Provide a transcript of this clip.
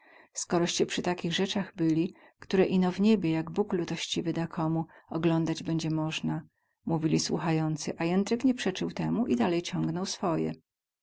dostąpili skoroście przy takich rzecach byli ktore ino w niebie jak bóg lutościwy da komu oglądać bedzie mozna mówili słuchający a jędrek nie przeczył temu i dalej ciągnął swoje